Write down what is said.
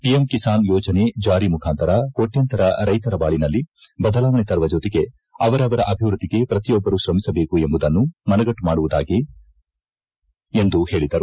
PM Kisan ಯೋಜನೆ ಜಾರಿ ಮುಖಾಂತರ ಕೊಣ್ಟುಂತರ ರೈತರ ಬಾಳನಲ್ಲಿ ಬದಲಾವಣೆ ತರುವ ಜೊತೆಗೆ ಅವರವರ ಅಭಿವೃದ್ಧಿಗೆ ಪ್ರತಿಯೊಬ್ಬರು ತ್ರಮಿಸಬೇಕೆಂಬುದನ್ನು ಮನದಟ್ಟು ಮಾಡುವುದಾಗಿದೆ ಎಂದು ಪೇಳದರು